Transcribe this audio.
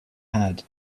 had